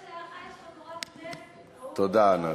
תודה, ענת.